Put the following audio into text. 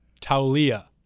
Taulia